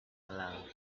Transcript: aloud